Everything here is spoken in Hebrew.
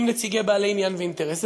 עם נציגי בעלי עניין ואינטרסים,